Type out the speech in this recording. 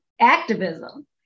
activism